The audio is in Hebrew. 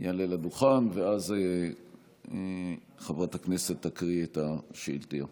יעלה לדוכן ואז חברת הכנסת תקריא את השאילתה.